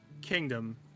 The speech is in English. kingdom